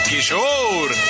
Kishore